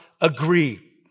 agree